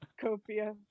Copia